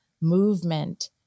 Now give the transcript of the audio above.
movement